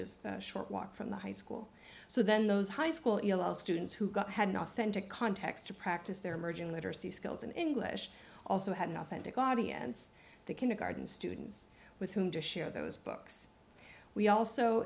is a short walk from the high school so then those high school students who got had an authentic context to practice their merging literacy skills in english also had an authentic audience the kindergarden students with whom to share those books we also